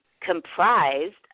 comprised